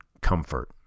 comfort